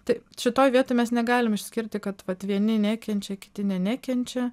tai šitoj vietoj mes negalim išskirti kad vat vieni nekenčia kiti ne nekenčia